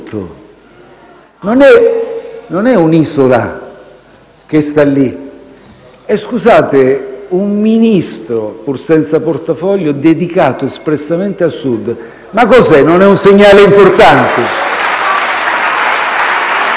non è un'isola che sta lì. E, scusate, un Ministro, pur senza portafoglio, dedicato espressamente al Sud, cos'è? Non è un segnale importante?